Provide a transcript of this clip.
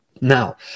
Now